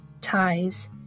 ties